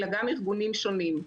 אלא גם ארגונים שונים.